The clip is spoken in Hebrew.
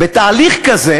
בתהליך כזה